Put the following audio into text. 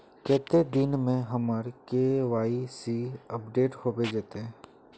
कते दिन में हमर के.वाई.सी अपडेट होबे जयते?